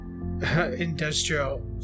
Industrial